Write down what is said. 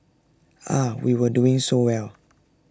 ah we were doing so well